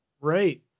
right